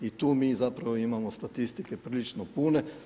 I tu mi zapravo imamo statistike prilično pune.